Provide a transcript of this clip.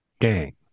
Gang